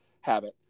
habit